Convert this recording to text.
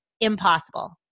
impossible